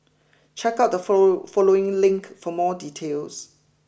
check out the follow following link for more details